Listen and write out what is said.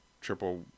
triple